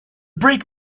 brake